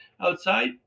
outside